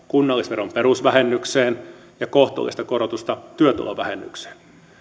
kunnallisveron perusvähennykseen ja kohtuullista korotusta työtulovähennykseen